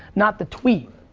not the tweet.